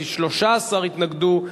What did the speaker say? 13 התנגדו,